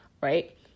right